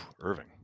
Irving